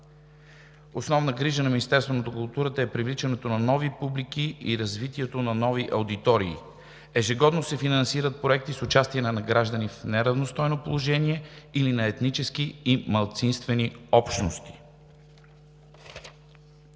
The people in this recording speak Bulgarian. Основна грижа на Министерство на културата е привличането на нови публики и развитието на нови аудитории. Ежегодно се финансират проекти с участие на граждани в неравностойно положение или на етнически и малцинствени общности.